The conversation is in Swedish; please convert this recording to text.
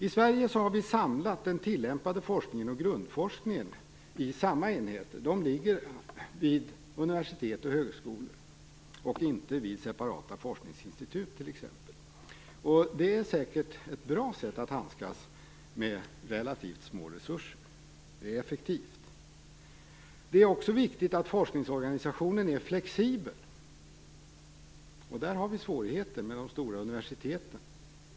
I Sverige har vi samlat den tillämpade forskningen och grundforskningen i samma enheter. De finns vid universitet och högskolor och inte vid separata forskningsinstitut. Det är säkert ett bra sätt att handskas med relativt små resurser. Det är effektivt. Det är också viktigt att forskningsorganisationen är flexibel, men där har vi svårigheter med de stora universiteten.